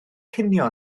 cinio